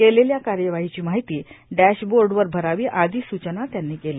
केलेल्या कायवाहांची मार्ाहती डॅशबोडवर भरावी आर्दा सूचना त्यांनी केल्या